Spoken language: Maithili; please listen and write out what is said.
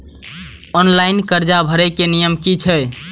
ऑनलाइन कर्जा भरे के नियम की छे?